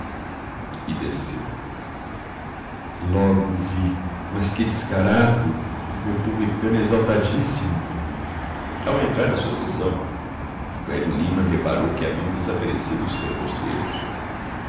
e desceu logo vi mas que descarado um republicano exaltadíssimo ao entrar na sua seção o velho lima reparou que haviam desaparecido os reposteiros